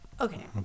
okay